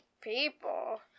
people